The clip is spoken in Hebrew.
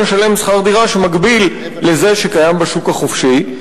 לשלם שכר דירה שמקביל לזה שקיים בשוק החופשי,